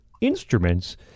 instruments